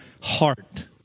heart